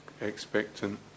expectant